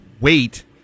wait